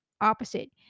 opposite